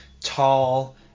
tall